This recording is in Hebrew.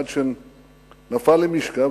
עד שנפל למשכב,